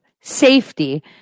safety